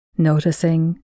Noticing